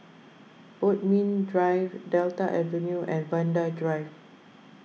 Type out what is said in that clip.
Bodmin Drive Delta Avenue and Vanda Drive